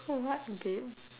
oh what if they